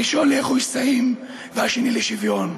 הראשון לאיחוי שסעים, והשני, לשוויון.